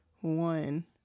one